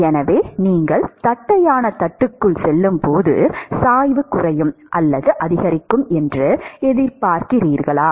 எனவே நீங்கள் தட்டையான தட்டுக்குள் செல்லும்போது சாய்வு குறையும் அல்லது அதிகரிக்கும் என்று எதிர்பார்க்கிறீர்களா